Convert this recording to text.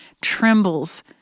trembles